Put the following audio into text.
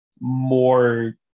more